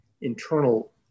internal